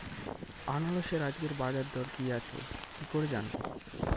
আনারসের আজকের বাজার দর কি আছে কি করে জানবো?